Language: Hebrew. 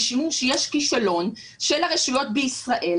משום שיש כישלון של הרשויות בישראל